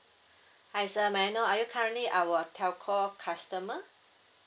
hi sir may I know are you currently our telco customer